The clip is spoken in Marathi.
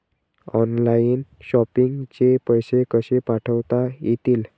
ऑनलाइन शॉपिंग चे पैसे कसे पाठवता येतील?